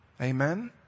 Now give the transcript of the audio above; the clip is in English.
Amen